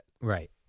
Right